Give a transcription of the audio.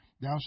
Thou